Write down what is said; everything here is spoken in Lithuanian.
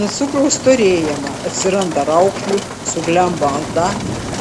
nuo cukraus storėjama atsiranda raukšlių suglemba oda